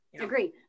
agree